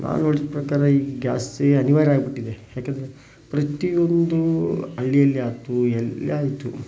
ನಾನು ನೋಡಿದ ಪ್ರಕಾರ ಈಗ ಗ್ಯಾಸೇ ಅನಿವಾರ್ಯ ಆಗಿಬಿಟ್ಟಿದೆ ಯಾಕೆಂದರೆ ಪ್ರತಿ ಒಂದು ಹಳ್ಳಿಯಲ್ಲಿ ಆಯ್ತು ಎಲ್ಲಿ ಆಯಿತು